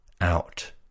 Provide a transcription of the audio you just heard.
out